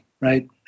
right